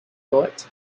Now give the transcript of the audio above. thought